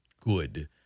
good